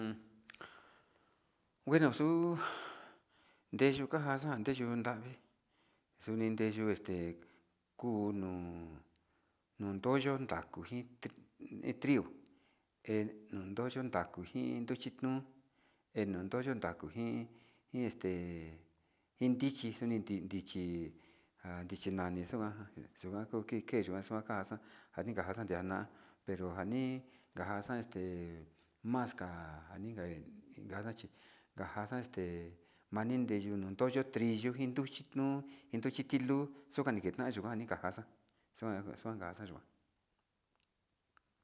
Un bueno xuu de kunjan xan ndeyutan vii xinideyu este kunu nundoyo ndakunji he rigo non ndoyo ndakuji nruchi no'o endoyo ndakunjin iin este iin ndichi xhinite ndichi han ndichi nani yikuan xuan kii ke'e xo'o ka'axa njani kaxa'a kian na'a nanixani, njanxa este mas ka'a kanika inkaxa este manindeyu andoyo teyo nindu nuchi nuu enduchi tiluu xukani na'a yukani kua axa xuan xuan kayikuan.